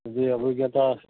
ଯଦି ଅଭିଜ୍ଞତା